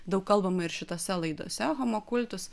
daug kalbama ir šitose laidose humo kultus